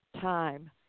time